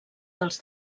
dels